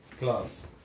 plus